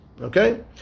Okay